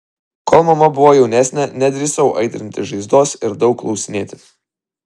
kol mama buvo jaunesnė nedrįsau aitrinti žaizdos ir daug klausinėti